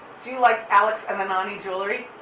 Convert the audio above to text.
do you like alex and anani jewelry?